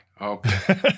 Okay